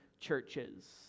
churches